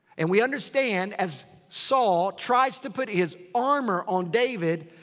and we understand. as saul tries to put his armor on david,